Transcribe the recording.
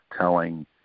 telling